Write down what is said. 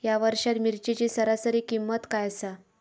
या वर्षात मिरचीची सरासरी किंमत काय आसा?